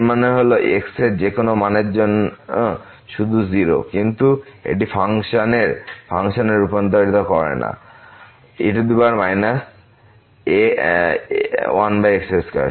এর মানে হল যে সিরিজ x এর যে কোন মানের জন্য শুধু 0 কিন্তু এটি ফাংশনের ফাংশনে রূপান্তরিত করে না x ≠ 0 e 1x2